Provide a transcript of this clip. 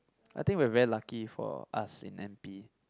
I think we're very lucky for us in n_p